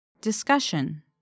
Discussion